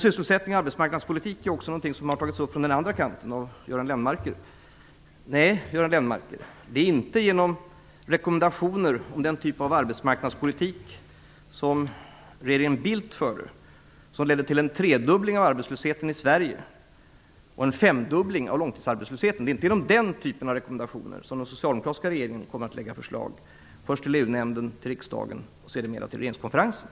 Sysselsättning och arbetsmarknadspolitik har också tagits upp från den andra kanten - av Göran Lennmarker. Nej, Göran Lennmarker, det är inte den typ av arbetsmarknadspolitik som regeringen Bildt förde, som ledde till en tredubbling av arbetslösheten i Sverige och en femdubbling av långtidsarbetslösheten, som kommer att ligga bakom de förslag som den socialdemokratiska regeringen kommer att lägga fram till EU-nämnden och riksdagen och sedermera till regeringskonferensen.